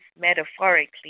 metaphorically